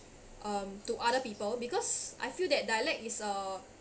um to other people because I feel that dialect is a